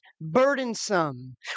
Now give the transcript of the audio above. burdensome